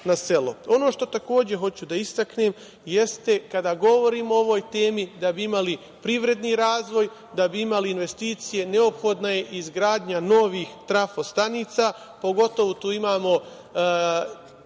što takođe hoću da istaknem, jeste kada govorim o ovoj temi da bi imali privredni razvoj, da bi imali investicije, neophodna je izgradnja novih trafostanica. Pogotovo tu imamo izražen